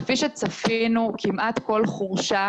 כפי שצפינו, כמעט כל חורשה,